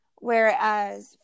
whereas